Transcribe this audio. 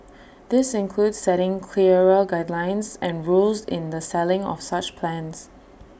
this includes setting clearer guidelines and rules in the selling of such plans